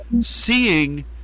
seeing